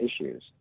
issues